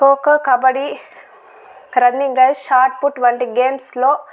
kho kho kabaddi running race shot put వంటి games లో